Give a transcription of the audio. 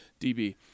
DB